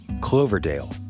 Cloverdale